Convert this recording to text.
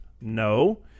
No